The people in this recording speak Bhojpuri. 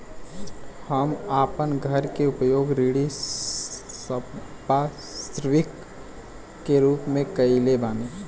हम आपन घर के उपयोग ऋण संपार्श्विक के रूप में कइले बानी